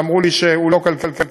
שאמרו לי שהוא לא כלכלי,